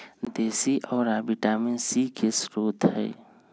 देशी औरा vitamin C के स्रोत हई